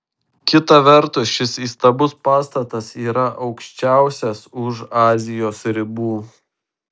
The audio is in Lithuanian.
kita vertus šis įstabus pastatas yra aukščiausias už azijos ribų